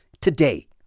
today